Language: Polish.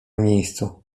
miejscu